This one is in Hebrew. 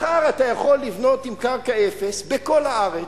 מחר אתה יכול לבנות עם קרקע אפס בכל הארץ,